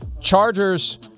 Chargers